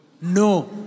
No